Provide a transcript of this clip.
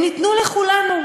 הם ניתנו לכולנו,